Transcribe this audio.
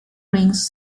rings